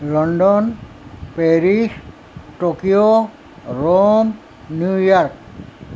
London Paris Tokyo Rome New York